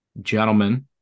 Gentlemen